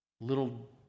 Little